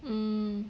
mm